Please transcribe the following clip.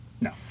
No